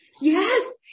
Yes